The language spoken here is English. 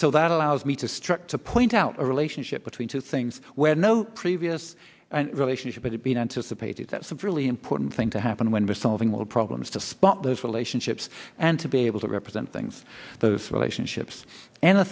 so that allows me to strike to point out a relationship between two things where no previous relationship has been anticipated that's a really important thing to happen when we're solving all problems to spot those relationships and to be able to represent things those relationships and